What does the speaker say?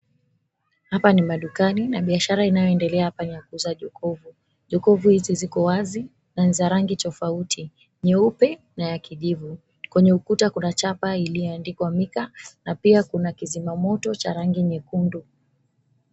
Hapa ni madukani na biashara inayoendelea hapa ni ya kuuza jokovu. Jokovu hizi ziko wazi na ni za rangi tofauti, nyeupe na ya kijivu. Kwenye ukuta kuna chapa iliyoandikwa, "Mika," na pia kuna kizima moto cha rangi nyekundu.